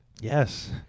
Yes